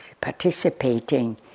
participating